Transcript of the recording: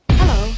hello